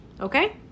Okay